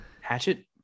Hatchet